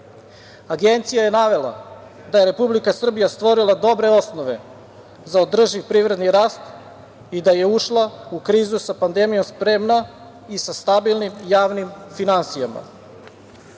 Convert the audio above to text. Agencija je navela da je Republika Srbija dobre osnove za održiv privredni rast i da je ušla u krizu sa pandemijom spremna i sa stabilnim javnim finansijama. Takođe,